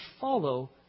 follow